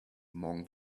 among